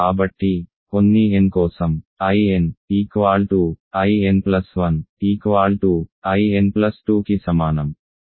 కాబట్టి కొన్ని n కోసం In In1In2 కి సమానం